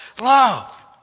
love